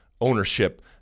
ownership